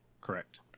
Correct